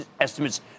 estimates